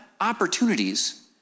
opportunities